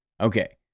Okay